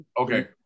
Okay